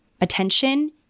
attention